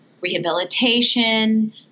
rehabilitation